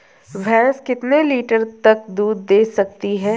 भैंस कितने लीटर तक दूध दे सकती है?